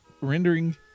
Rendering